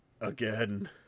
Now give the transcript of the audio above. again